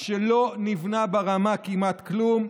שלא נבנה בו כמעט כלום,